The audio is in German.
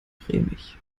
cremig